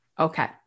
Okay